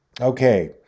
Okay